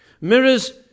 Mirrors